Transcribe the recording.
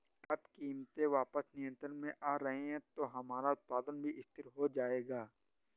अब कीमतें वापस नियंत्रण में आ रही हैं तो हमारा उत्पादन भी स्थिर हो जाएगा